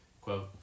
quote